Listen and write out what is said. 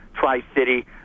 Tri-City